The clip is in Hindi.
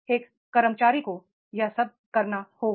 एक कर्मचारी को यह सब करना होगा